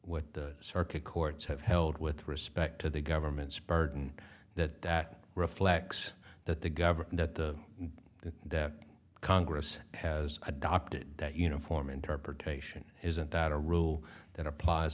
what the circuit courts have held with respect to the government's burden that that reflects that the government that the that congress has adopted that you know form interpretation isn't that a rule that applies